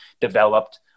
developed